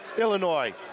Illinois